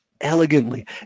elegantly